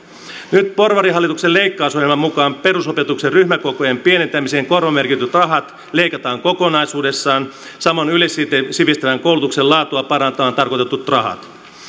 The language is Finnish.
nyt porvarihallituksen leikkausohjelman mukaan perusopetuksen ryhmäkokojen pienentämiseen korvamerkityt rahat leikataan kokonaisuudessaan samoin yleissivistävän koulutuksen laatua parantamaan tarkoitetut rahat